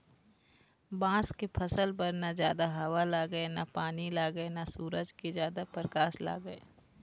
बांस के फसल बर न जादा हवा लागय न पानी लागय न सूरज के जादा परकास लागय